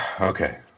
Okay